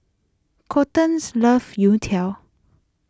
Colten's loves Youtiao